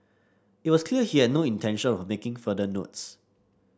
it was clear he had no intention of making further notes